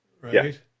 right